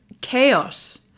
chaos